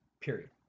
period